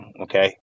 Okay